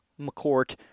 McCourt